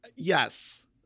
Yes